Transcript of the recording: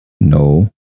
No